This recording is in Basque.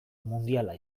mundiala